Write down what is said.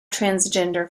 transgender